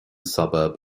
suburb